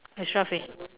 extra fea~